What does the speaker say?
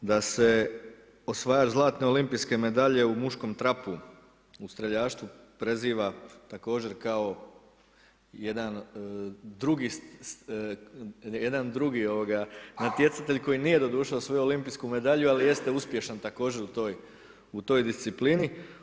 Da se osvajač zlatne olimpijske medalje u muškom trapu u streljaštvu preziva također kao jedan drugi natjecatelj koji nije doduše osvojio olimpijsku medalju ali jeste uspješan također u toj disciplini.